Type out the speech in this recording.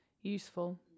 useful